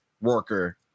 worker